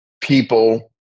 people